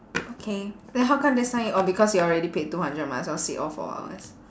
okay then how come this time you orh because you already paid two hundred might as well sit all four hours